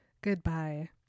Goodbye